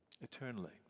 eternally